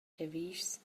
giavischs